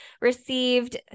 received